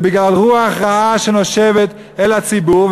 זה בגלל רוח רעה שנושבת אל הציבור,